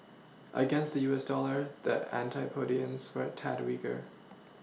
against the U S dollar the antipodeans were tad weaker